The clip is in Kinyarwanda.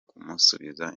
kumusubiza